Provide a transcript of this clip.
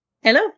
hello